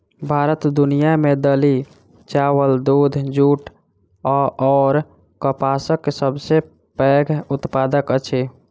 भारत दुनिया मे दालि, चाबल, दूध, जूट अऔर कपासक सबसे पैघ उत्पादक अछि